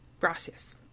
Gracias